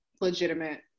legitimate